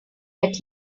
that